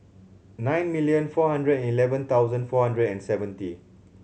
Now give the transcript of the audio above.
nine million four hundred and eleven thousand four hundred and seventy